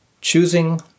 Choosing